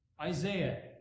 Isaiah